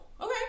Okay